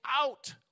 out